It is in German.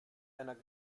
einer